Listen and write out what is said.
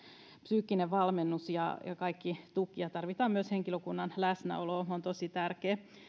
psyykkinen valmennus ja kaikki tuki on tosi tärkeää ja tarvitaan myös henkilökunnan läsnäoloa